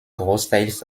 großteils